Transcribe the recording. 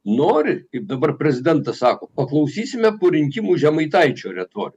nori kaip dabar prezidentas sako paklausysime po rinkimų žemaitaičio retor